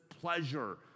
pleasure